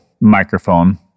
microphone